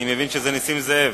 אני מבין שזה נסים זאב.